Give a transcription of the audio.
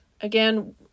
again